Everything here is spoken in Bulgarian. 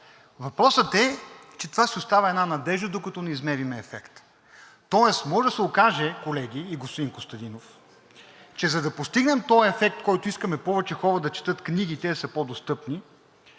Въпросът е, че това си остава една надежда, докато не измерим ефекта. Тоест може да се окаже, колеги, и господин Костадинов, че за да постигнем този ефект, който искаме – повече хора да четат книги и те да са по-достъпни,